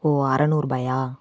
ஓ அறநூறு ரூபாயா